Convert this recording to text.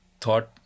thought